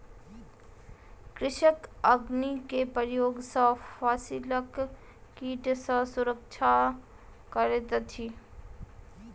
कृषक अग्नि के प्रयोग सॅ फसिलक कीट सॅ सुरक्षा करैत अछि